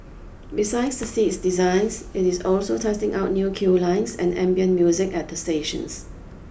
besides the seats designs it is also testing out new queue lines and ambient music at the stations